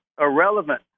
irrelevant